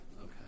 Okay